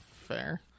Fair